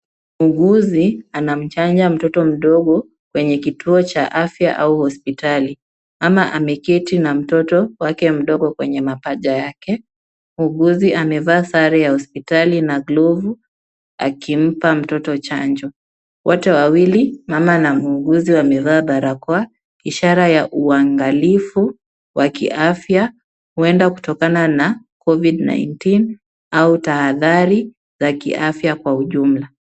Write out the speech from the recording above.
Muhuguzi anamchanja mtoto mdogo kwenye kituo cha afya au hospitali. Mama ameketi na mtoto wake mdogo kwenye mapaja yake. Muhuguzi amevaa sare ya hospitali na glovu akimpa mtoto chanjo. Wote wawili mama na muhuguzi wamevaa barakoa ishara ya uangalivu wa kiafya uenda kutokana na COVID 19 au thahadhari ya kiafya kwa ujumla.